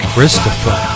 Christopher